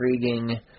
intriguing